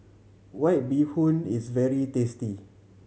White Bee Hoon is very tasty